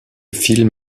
film